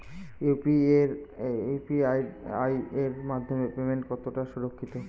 UPI এর মাধ্যমে payment কতটা সুরক্ষিত?